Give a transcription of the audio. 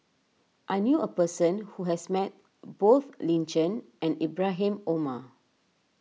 I knew a person who has met both Lin Chen and Ibrahim Omar